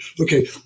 Okay